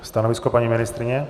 Stanovisko paní ministryně?